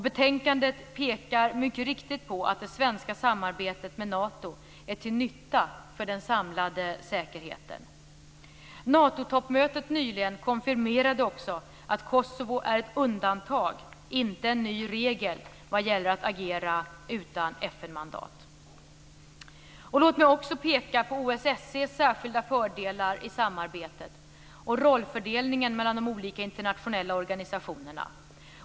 Betänkandet pekar mycket riktigt på att det svenska samarbetet med Nato är till nytta för den samlade säkerheten. Natotoppmötet nyligen konfirmerade också att Kosovo är ett undantag, inte en ny regel, vad gäller att agera utan FN-mandat. Låt mig också peka på OSSE:s särskilda fördelar i samarbetet och rollfördelningen mellan de olika internationella organisationerna.